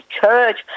church